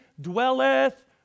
dwelleth